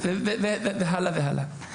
והלאה והלאה.